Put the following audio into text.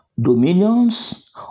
dominions